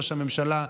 ראש הממשלה,